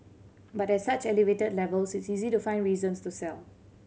but at such elevated levels it's easy to find reasons to sell